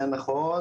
זה נכון,